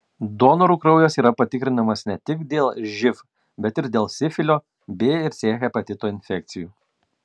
donorų kraujas yra patikrinamas ne tik dėl živ bet ir dėl sifilio b ir c hepatito infekcijų